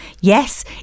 Yes